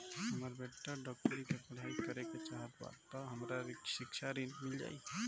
हमर बेटा डाक्टरी के पढ़ाई करेके चाहत बा त हमरा शिक्षा ऋण मिल जाई?